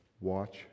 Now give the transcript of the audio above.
Watch